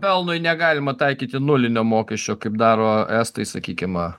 pelnui negalima taikyti nulinio mokesčio kaip daro estai sakykim a